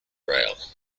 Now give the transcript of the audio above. rail